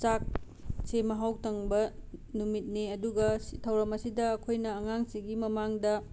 ꯆꯥꯛ ꯁꯦ ꯃꯍꯥꯎ ꯇꯪꯕ ꯅꯨꯃꯤꯠꯅꯤ ꯑꯗꯨꯒ ꯁꯤ ꯊꯧꯔꯝ ꯑꯁꯤꯗ ꯑꯩꯈꯣꯏꯅ ꯑꯉꯥꯡꯁꯤꯒꯤ ꯃꯃꯥꯡꯗ